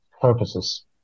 purposes